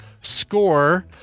Score